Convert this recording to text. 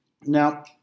Now